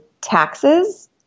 taxes